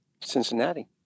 Cincinnati